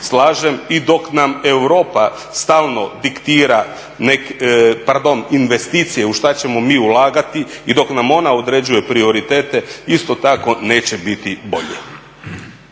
I dok nam Europa stalno diktira pardon investicije u što ćemo mi ulagati i dok nam ona određuje prioritete isto tako neće biti bolje.